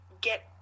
get